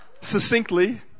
succinctly